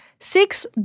Six